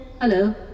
Hello